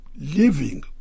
living